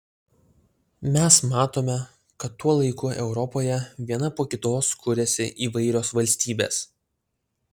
mes matome kad tuo laiku europoje viena po kitos kuriasi įvairios valstybės